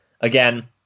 again